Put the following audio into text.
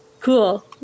Cool